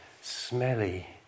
smelly